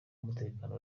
umutekano